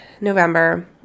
November